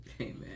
Amen